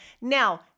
Now